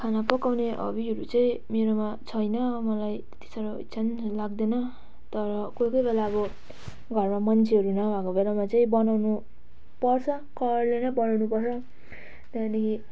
खाना पकाउने हबीहरू चाहिँ मेरोमा छैन मलाई त्यति साह्रो इच्छा पनि लाग्दैन तर कोही कोही बेला अब घरमा मान्छेहरू नभएको बेलामा चाहिँ बनाउनुपर्छ करले नै बनाउनुपर्छ त्यहाँदेखि